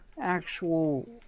actual